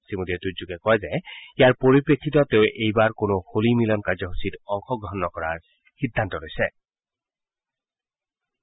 শ্ৰীমোদীয়ে টুইটযোগে কয় যে ইয়াৰ পৰিপ্ৰেক্ষিতত তেওঁ এইবাৰ কোনো হোলি মিলন কাৰ্যসূচীত অংশগ্ৰহণ নকৰাৰ সিদ্ধান্ত গ্ৰহণ কৰিছে